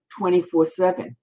24-7